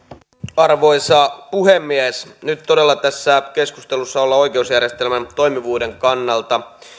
arvoisa puhemies nyt todella tässä keskustelussa ollaan oikeusjärjestelmän toimivuuden kannalta